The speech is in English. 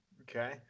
okay